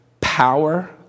power